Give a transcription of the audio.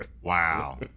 Wow